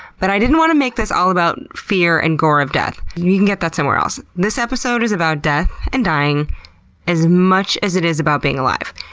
but i didn't want to make this all about fear and gore of death. you can get that somewhere else. this episode is about death and dying as much as it is about being alive.